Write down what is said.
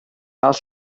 cael